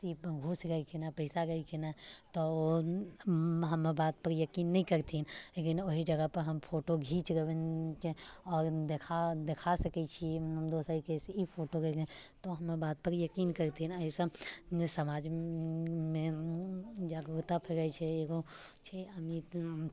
से ई घूस लेलखिनहँ पइसा लेलखिनहँ तऽ ओ हमर बात पर यकीन नइ करथिन लेकिन ओहि जगह पर हम फोटो घीच लेबैन आओर देखा देखा सकै छियै हम दोसर के से ई फोट तऽ हमर बातपर यकीन करथिन अइसँ जे समाज मे जागरूकता फैलै छै एगो छै अमित